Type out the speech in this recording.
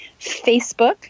Facebook